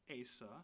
Asa